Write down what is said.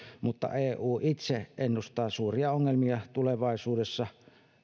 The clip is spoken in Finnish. mutta eu itse ennustaa suuria ongelmia tulevaisuudessa